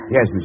Yes